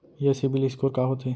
ये CIBIL score का होथे?